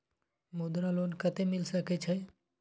मुद्रा लोन कत्ते मिल सके छै?